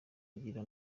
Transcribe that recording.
agira